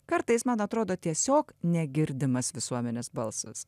kartais man atrodo tiesiog negirdimas visuomenės balsas